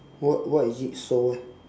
what what is it so